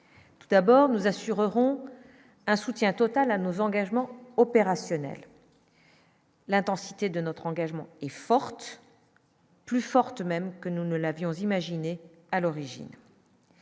Tout d'abord, nous assurerons un soutien total à nos engagements opérationnels. L'intensité de notre engagement est forte, plus forte même que nous ne l'avions imaginée à l'origine.